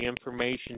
information